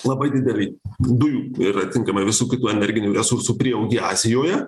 labai didelį dujų ir atinkamai visų kitų energinių resursų prieaugį azijoje